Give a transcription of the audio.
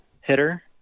hitter